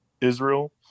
Israel